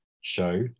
show